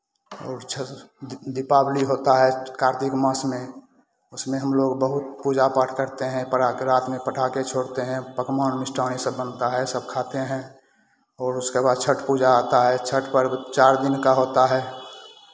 और छठ दीपावली होता है कार्तिक मास में उसमें हम लोग बहुत पूजा पाठ करते हैं पराके रात में पटाखे छोड़ते हैं पकवान मिष्टान ये सब बनता है सब खाते हैं और उसके बाद छठ पूजा आता है छठ पर्व चार दिन का होता है